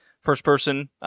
first-person